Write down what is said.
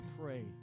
pray